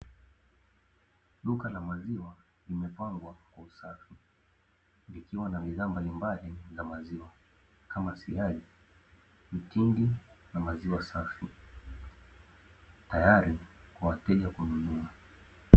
Duka la maziwa limepangwa kwa usafi likiwa na aina mbalimbali za maziwa kama siagi mtindi na maziwa safi tayari wa wateja kununua.